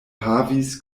havis